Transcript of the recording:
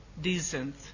decent